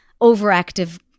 overactive